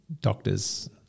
Doctors